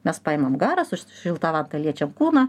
mes paimam garą su šilta vanta liečiam kūną